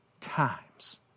times